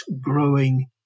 growing